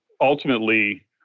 ultimately